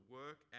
work